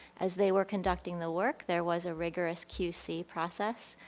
as they were conducting the work, there was a rigorous q c. process.